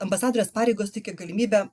ambasadorės pareigos teikia galimybę